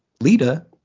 Lita